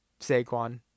Saquon